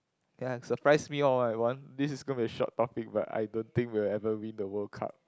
ye surprise me all I want this is gonna be a short topic but I don't we'll ever win the World-Cup